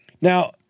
Now